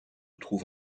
trouve